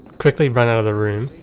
quickly run out of the room.